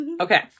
Okay